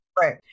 Right